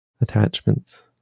attachments